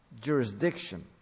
jurisdiction